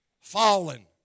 fallen